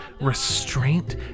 restraint